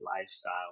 lifestyle